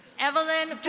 evelyn